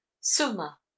suma